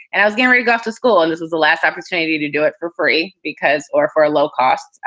and i was gonna go off to school and this was the last opportunity to do it for free because or for low costs.